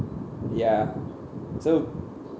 ya so